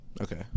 Okay